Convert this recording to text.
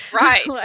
Right